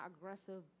aggressive